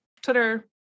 Twitter